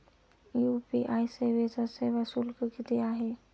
UPI सेवेचा सेवा शुल्क किती आहे?